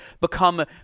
become